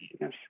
Yes